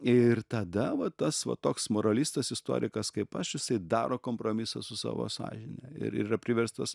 ir tada va tas va toks moralistas istorikas kaip aš jisai daro kompromisą su savo sąžine ir yra priverstas